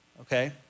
okay